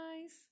nice